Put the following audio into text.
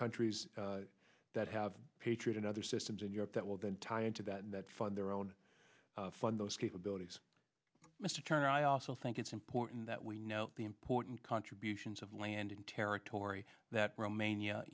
countries that have patriot and other systems in europe that will then tie into that and that fund their own fund those capabilities mr turner i also think it's important that we know the important contributions of landing territory that romania